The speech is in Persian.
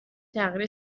تغییر